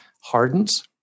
hardens